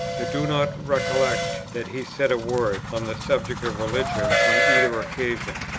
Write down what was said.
i do not recollect that he said a word on the subject of religion on either occasion.